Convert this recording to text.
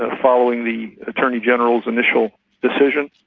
and following the attorney general's initial decision,